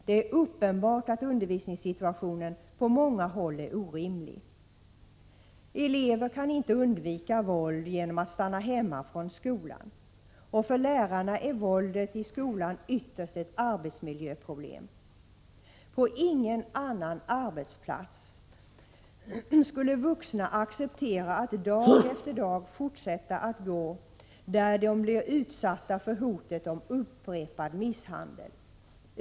Det är uppenbart att undervisningssituationen på många håll är orimlig. Elever kan inte undvika våld genom att stanna hemma från skolan, och för lärarna är våldet i skolan ytterst ett arbetsmiljöproblem. På ingen annan arbetsplats skulle vuxna kunna acceptera att dag efter dag bli utsatta för hotet om upprepad misshandel.